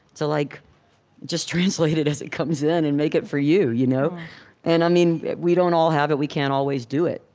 to like just translate it as it comes in and make it for you you know and i mean, we don't all have it. we can't always do it.